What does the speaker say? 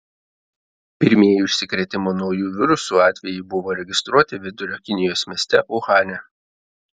pirmieji užsikrėtimo nauju virusu atvejai buvo registruoti vidurio kinijos mieste uhane